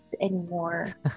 anymore